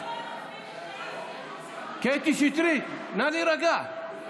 קטי שטרית, נא להירגע.